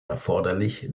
erforderlich